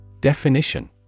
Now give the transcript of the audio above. Definition